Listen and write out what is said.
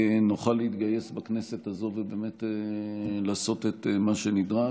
נוכל להתגייס בכנסת הזאת ובאמת לעשות את מה שנדרש.